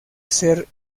ser